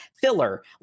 filler